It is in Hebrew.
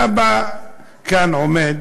אתה בא לכאן ועומד